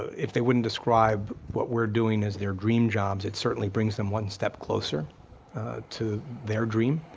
if they wouldn't describe what we're doing as their dream jobs, it certainly brings them one step closer to their dream.